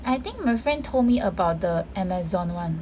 I think my friend told me about the Amazon [one]